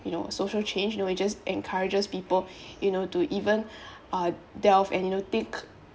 you know social change you know it just encourages people you know to even uh delve and you know dig